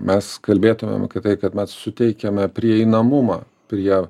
mes kalbėtumėme kad tai kad mes suteikiame prieinamumą prie